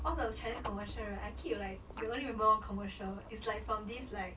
all the chinese commercial right I keep like will only going to remember one commercial is like from this like